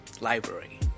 library